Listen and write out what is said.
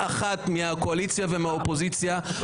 היה